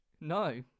No